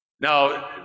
Now